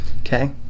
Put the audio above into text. Okay